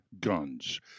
guns